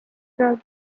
drug